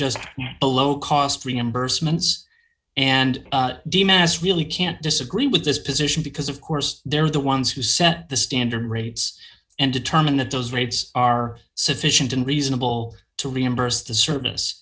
just below cost reimbursements and d m s really can't disagree with this position because of course they're the ones who set the standard rates and determine that those rates are sufficient and reasonable to reimburse the service